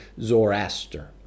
Zoroaster